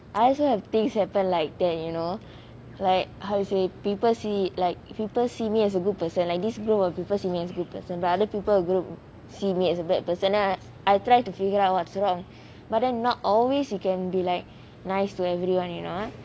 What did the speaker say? I also have things happen like that you know like how to say people see like people see me as a good person like this group of people see me as good person but other people group see me as a bad person then I I try to figure out what's wrong but like not always you can be like nice to everyone you know